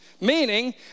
Meaning